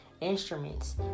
instruments